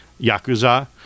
yakuza